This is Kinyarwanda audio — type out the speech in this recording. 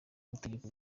gutegeka